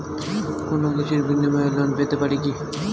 কোনো কিছুর বিনিময়ে লোন পেতে পারি কি?